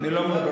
אני לא מדבר,